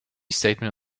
statement